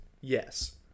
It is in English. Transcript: yes